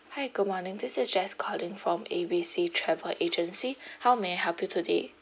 hi good morning this is jess calling from A B C travel agency how may I help you today